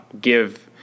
give